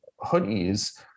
hoodies